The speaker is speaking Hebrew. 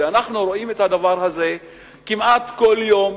אנחנו רואים את הדבר הזה כמעט כל יום,